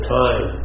time